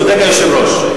צודק היושב-ראש.